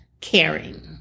caring